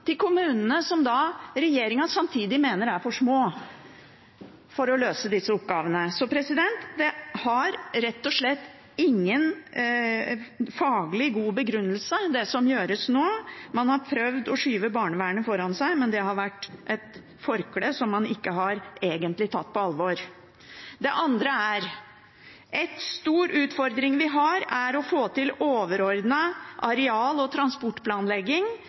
til kommunene, som regjeringen samtidig mener er for små til å løse disse oppgavene. Så det har rett og slett ingen faglig god begrunnelse, det som gjøres nå. Man har prøvd å skyve barnevernet foran seg, men det har vært et forkle som man ikke egentlig har tatt på alvor. En annen stor utfordring vi har, er å få til en overordnet areal- og transportplanlegging,